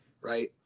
right